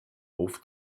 auf